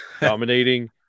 dominating